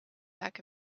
back